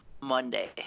Monday